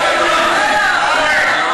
יש מקרים שבהם גם לי קשה.